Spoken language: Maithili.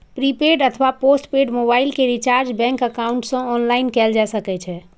प्रीपेड अथवा पोस्ट पेड मोबाइल के रिचार्ज बैंक एकाउंट सं ऑनलाइन कैल जा सकै छै